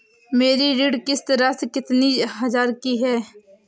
मेरी ऋण किश्त राशि कितनी हजार की है?